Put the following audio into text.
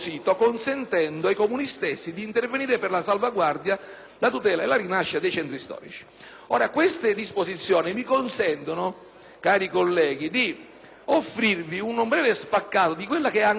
la tutela e la rinascita dei centri storici. Ora, queste disposizioni mi consentono, cari colleghi, di offrirvi un breve spaccato di quello che è ancora oggi il tema della ricostruzione incompleta del Belice.